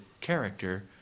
character